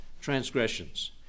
transgressions